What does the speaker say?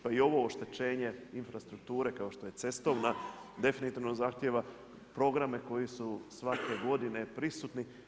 Pa i ovo oštećenje infrastrukture kao što je cestovna definitivno zahtjeva programe koji su svake godine prisutni.